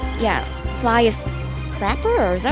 yeah flyest rapper